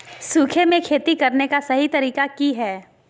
सूखे में खेती करने का सही तरीका की हैय?